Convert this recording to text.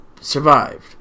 survived